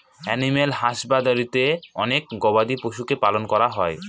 animal হাসবাদরীতে অনেক গবাদি পশুদের পালন করা হয়